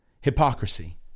Hypocrisy